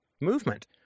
movement